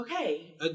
Okay